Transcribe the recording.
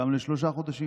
גם לשלושה חודשים,